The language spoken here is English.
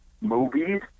movies